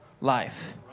life